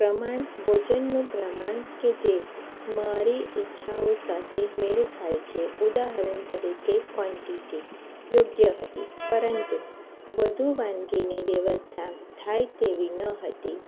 પ્રમાણ ભોજનનું પ્રમાણ કે જે મારી ઈચ્છાઓ સાથે મેળ ખાય છે ઉદાહરણ તરીકે કોન્ટિટી યોગ્ય હતી પરંતુ વધુ વાનગીની વ્યવસ્થા થાય તેવી ન હતી